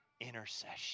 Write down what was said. intercession